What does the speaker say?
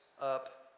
up